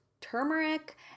turmeric